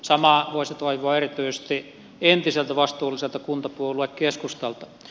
samaa voisi toivoa erityisesti entiseltä vastuulliselta kuntapuolue keskustalta